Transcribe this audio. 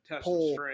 pull